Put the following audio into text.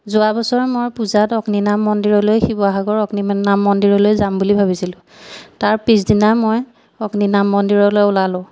যোৱা বছৰ মই পূজাত অগ্নিনাম মন্দিৰলৈ শিৱসাগৰ অগ্নি নাম মন্দিৰলৈ যাম বুলি ভাবিছিলোঁ তাৰ পিছদিনা মই অগ্নিনাম মন্দিৰলৈ ওলালোঁ